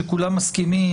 כשכולם מסכימים.